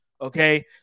okay